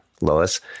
Lois